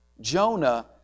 Jonah